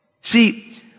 See